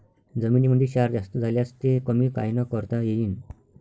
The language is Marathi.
जमीनीमंदी क्षार जास्त झाल्यास ते कमी कायनं करता येईन?